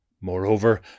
Moreover